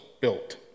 built